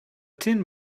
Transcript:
tin